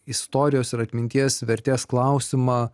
istorijos ir atminties vertės klausimą